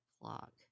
clock